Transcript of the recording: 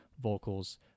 vocals